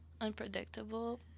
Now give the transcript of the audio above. unpredictable